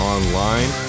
Online